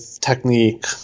technique